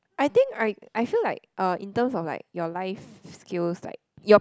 I think I I feel like uh in terms of like your life skills like your